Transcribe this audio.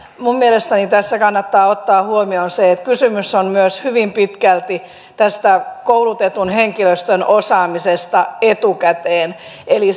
minun mielestäni tässä kannattaa ottaa huomioon se että kysymys on myös hyvin pitkälti koulutetun henkilöstön osaamisesta etukäteen eli